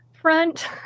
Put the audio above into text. front